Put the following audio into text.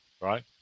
right